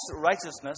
righteousness